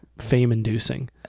fame-inducing